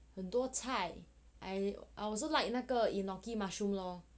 菜我也是 like 那个 enoki mushroom lor